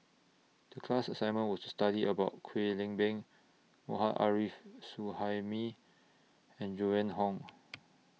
The class assignment was to study about Kwek Leng Beng Arif Suhaimi and Joan Hon